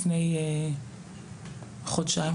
לפני חודשיים,